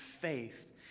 faith